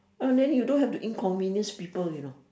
ah then you don't have to inconvenience people you know